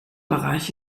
bereich